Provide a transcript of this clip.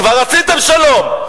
כבר עשיתם שלום,